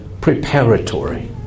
preparatory